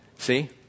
see